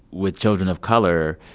with children of color,